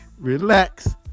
relax